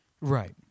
Right